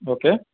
okay